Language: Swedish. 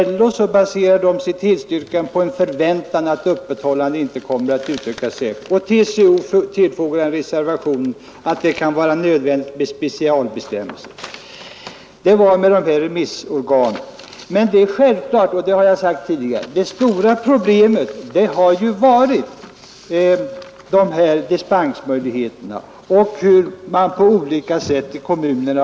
LO baserar sitt tillstyrkande på en förväntan att öppethållandet inte kommer att utökas, och TCO tillfogar i en reservation att det kan bli nödvändigt med specialbestämmelser. Det stora problemet har varit dispensmöjligheterna och dispenssystemets tillämpning i de olika kommunerna.